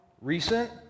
recent